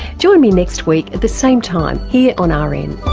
join me next week at the same time here on ah rn